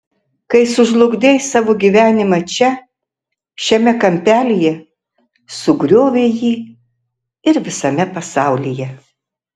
kai sužlugdei savo gyvenimą čia šiame kampelyje sugriovei jį ir visame pasaulyje